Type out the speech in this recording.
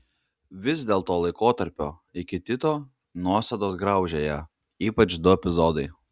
vis dėlto laikotarpio iki tito nuosėdos graužė ją ypač du epizodai